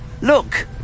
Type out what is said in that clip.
look